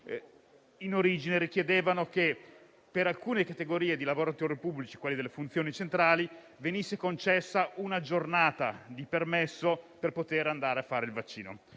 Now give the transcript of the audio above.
in origine richiedeva che per alcune categorie di lavoratori pubblici - quelli delle funzioni centrali - venisse concessa una giornata di permesso per poter andare a fare il vaccino.